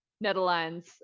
Netherlands